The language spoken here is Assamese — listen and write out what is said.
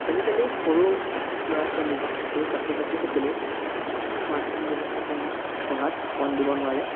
আজিকালি সৰু ল'ৰা ছোৱালী বা সৰু ছাত্ৰ ছাত্ৰীসকলেও স্মাৰ্টফোন ব্যৱহাৰ কৰিলে পঢ়াত মন দিব নোৱাৰে